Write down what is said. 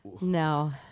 no